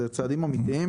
זה צעדים אמיתיים.